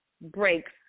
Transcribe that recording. breaks